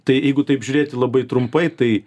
tai jeigu taip žiūrėti labai trumpai tai